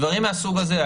דברים מהסוג הזה,